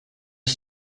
els